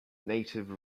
native